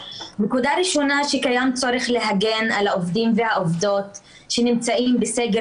נקודה ראשונה שקיים צורך להגן על העובדים והעובדות שנמצאים בסגר